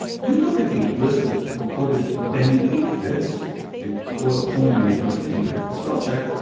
if you look at the list of purported benifits i think oil pulling may adversely impact spell check,